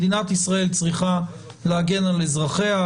מדינת ישראל צריכה להגן על אזרחיה,